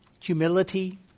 humility